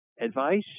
advice